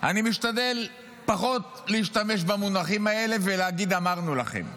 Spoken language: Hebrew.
אני משתדל פחות להשתמש במונחים האלה ולהגיד: אמרנו לכם,